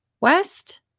West